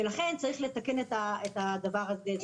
ולכן צריך לתקן את הדבר הזה.